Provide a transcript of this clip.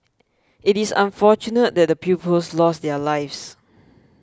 it is unfortunate that the pupils lost their lives